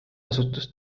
osutus